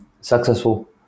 successful